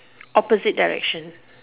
opposite direction